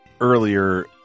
earlier